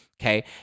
okay